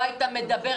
לא היית מדבר,